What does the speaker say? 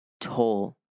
toll